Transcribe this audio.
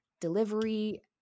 delivery